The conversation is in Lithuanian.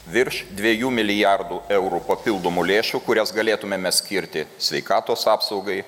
virš dviejų milijardų eurų papildomų lėšų kurias galėtumėme skirti sveikatos apsaugai